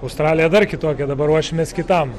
australija dar kitokia dabar ruošimės kitam